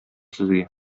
сезгә